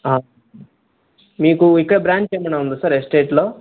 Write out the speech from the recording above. మీకు ఇక్కడ బ్రాంచ్ ఏమైనా ఉందా సార్ ఎస్టేట్లో